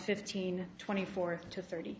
fifteen twenty four to thirty